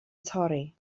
torri